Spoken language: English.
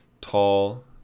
tall